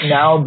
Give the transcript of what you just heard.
Now